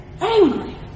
Angry